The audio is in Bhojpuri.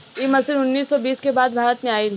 इ मशीन उन्नीस सौ बीस के बाद भारत में आईल